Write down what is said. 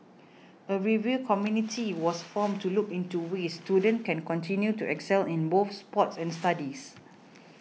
a review community was formed to look into ways students can continue to excel in both sports and studies